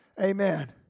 Amen